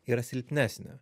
yra silpnesnė